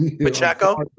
pacheco